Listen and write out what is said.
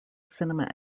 cinema